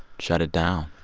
shut it down?